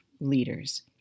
Leaders